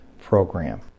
program